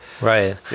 Right